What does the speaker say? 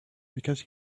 because